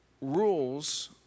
Rules